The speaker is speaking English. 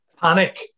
Panic